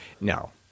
No